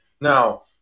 Now